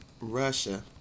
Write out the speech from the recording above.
Russia